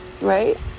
right